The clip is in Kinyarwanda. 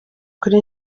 kuri